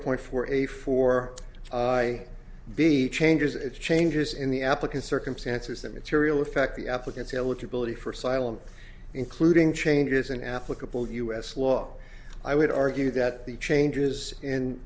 point for a four i b changes its changes in the applicant circumstances that material affect the applicant's eligibility for asylum including changes in applicable u s law i would argue that the changes in